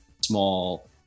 small